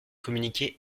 communiquée